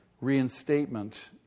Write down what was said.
reinstatement